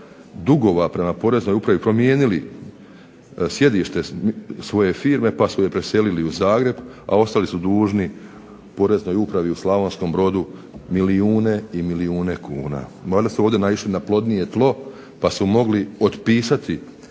dugova prema Poreznoj upravi promijenili sjedište svoje firme pa su je preselili u Zagreb, a ostali su dužni Poreznoj upravi u Slavonskom Brodu milijune i milijune kuna. Valjda su ovdje naišli na plodnije tlo pa su mogli otpisati